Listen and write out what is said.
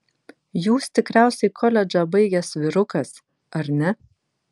jūs tikriausiai koledžą baigęs vyrukas ar ne